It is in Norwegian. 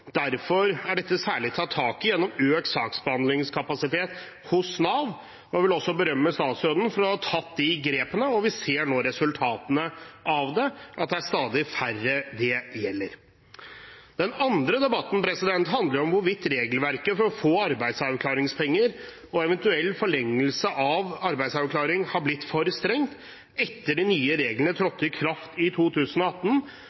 Derfor er dette særlig tatt tak i gjennom økt saksbehandlingskapasitet hos Nav. Jeg vil berømme statsråden for å ha tatt de grepene, og vi ser nå resultatene av det – det er stadig færre det gjelder. Den andre debatten handler om hvorvidt regelverket for å få arbeidsavklaringspenger og eventuell forlengelse av arbeidsavklaring har blitt for strengt etter at de nye reglene